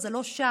זה לא שם.